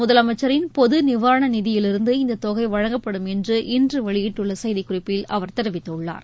முதலமைச்சரின் பொது நிவாரண நிதியிலிருந்து இந்தத் தொகை வழங்கப்படும் என்று இன்று வெளியிட்டுள்ள செய்திக்குறிப்பில் அவர் தெரிவித்துள்ளார்